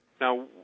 Now